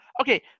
Okay